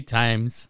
times